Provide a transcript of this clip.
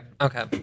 Okay